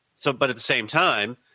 so, but, at the same time,